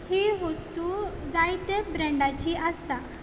ही वस्तू जायते ब्रेंडाची आसता